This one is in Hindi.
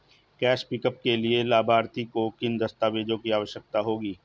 कैश पिकअप के लिए लाभार्थी को किन दस्तावेजों की आवश्यकता होगी?